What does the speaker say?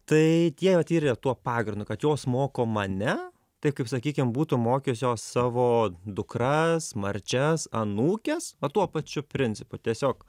tai tie vat ir yra tuo pagrindu kad jos moko mane taip kaip sakykim būtų mokiusios savo dukras marčias anūkes vat tuo pačiu principu tiesiog